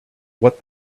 what